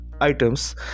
items